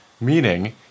meaning